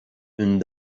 une